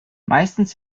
meistens